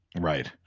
Right